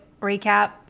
recap